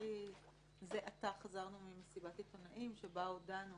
ואנוכי זה עתה חזרנו ממסיבת עיתונאים שבה הודענו